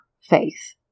faith